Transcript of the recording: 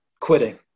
quitting